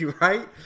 right